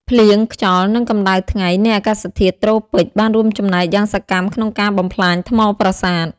ភ្លៀង ខ្យល់ និងកម្ដៅថ្ងៃ នៃអាកាសធាតុត្រូពិក បានរួមចំណែកយ៉ាងសកម្មក្នុងការបំផ្លាញថ្មប្រាសាទ។